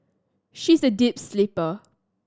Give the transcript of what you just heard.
she is a deep sleeper